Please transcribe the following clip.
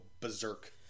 berserk